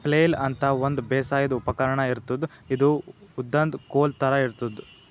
flail ಅಂತಾ ಒಂದ್ ಬೇಸಾಯದ್ ಉಪಕರ್ಣ್ ಇರ್ತದ್ ಇದು ಉದ್ದನ್ದ್ ಕೋಲ್ ಥರಾ ಇರ್ತದ್